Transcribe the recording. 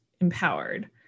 empowered